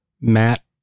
Matt